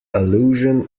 allusion